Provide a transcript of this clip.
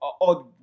odd